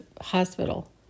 hospital